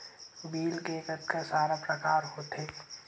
Bill के कतका सारा प्रकार होथे?